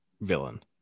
villain